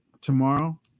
tomorrow